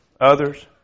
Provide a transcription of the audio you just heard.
others